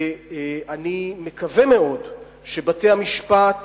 ואני מקווה מאוד שבתי-המשפט